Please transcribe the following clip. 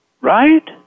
Right